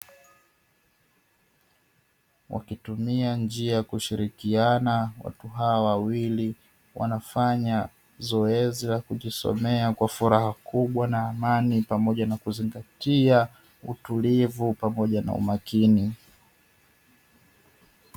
Wakitumia njia ya kushirikiana, watu hawa wawili wanafanya zoezi la kujisomea kwa furaha kubwa na amani pamoja na kuzingatia utulivu pamoja na umakini.